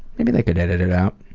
maybe they could edit it out.